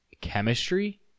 chemistry